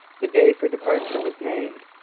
the day for departure was named,